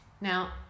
Now